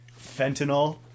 fentanyl